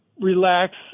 relax